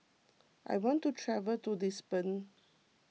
I want to travel to Lisbon